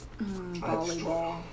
volleyball